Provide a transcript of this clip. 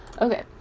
okay